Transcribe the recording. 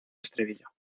estribillo